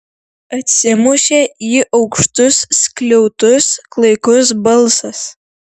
atsimušė į aukštus skliautus klaikus balsas